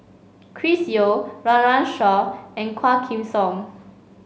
Chris Yeo Run Run Shaw and Quah Kim Song